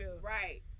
Right